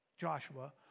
Joshua